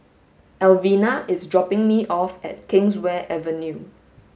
Elvina is dropping me off at Kingswear Avenue